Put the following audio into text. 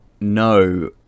No